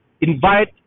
invite